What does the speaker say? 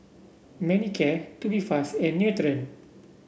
Manicare Tubifast and Nutren